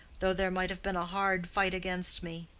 though there might have been a hard fight against me.